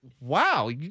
wow